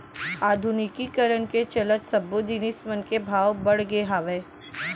आधुनिकीकरन के चलत सब्बो जिनिस मन के भाव बड़गे हावय